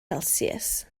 celsius